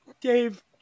dave